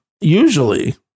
usually